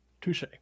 touche